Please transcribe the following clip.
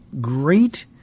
great